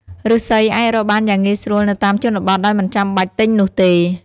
ឬស្សីអាចរកបានយ៉ាងងាយស្រួលនៅតាមជនបទដោយមិនចាំបាច់ទិញនោះទេ។